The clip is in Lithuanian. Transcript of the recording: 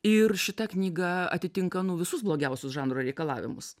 ir šita knyga atitinka nu visus blogiausius žanro reikalavimus